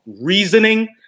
reasoning